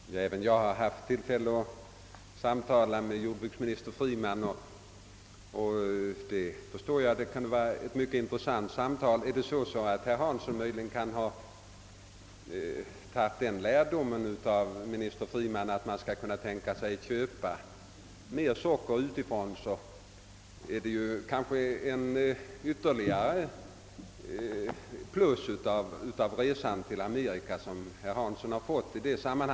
Herr talman! Även jag har haft tillfälle att samtala med jordbruksminister Freeman, och jag förstår därför att ett samtal med honom kan vara mycket intressant. Om herr Hansson möjligen har tagit sådan lärdom av mr Freeman att han kan tänka sig att vi köper mera socker utifrån, skulle detta innebära ett ytterligare plus till de erfarenheter herr Hansson gjort under sin amerikaresa.